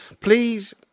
Please